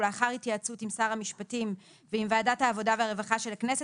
ולאחר התייעצות עם שר המשפטים ועם ועדת העבודה והרווחה של הכנסת,